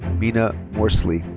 mina morsli.